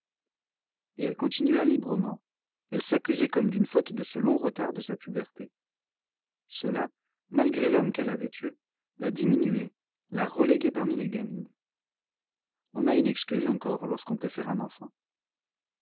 et elle continua librement elle s'accusait comme d'une faute de ce long retard de sa puberté cela malgré l'homme qu'elle avait eu la diminuait la reléguait parmi les gamines on a une excuse encore lorsqu'on peut faire un enfant